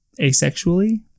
asexually